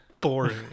boring